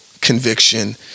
conviction